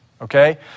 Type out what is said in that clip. okay